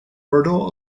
fertile